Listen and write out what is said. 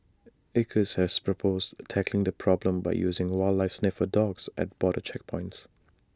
acres has proposed tackling the problem by using wildlife sniffer dogs at border checkpoints